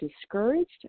discouraged